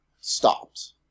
stopped